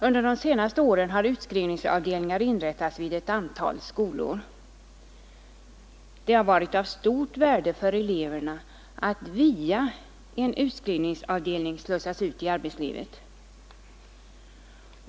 Under de senaste åren har utskrivningsavdelningar inrättats vid ett antal skolor. Det har varit av stort värde för eleverna att via en utskrivningsavdelning slussas ut i arbetslivet.